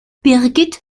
birgit